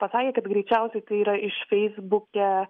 pasakė kad greičiausiai tai yra iš feisbuke